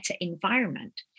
environment